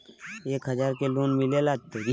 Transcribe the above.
एक हजार के लोन मिलेला?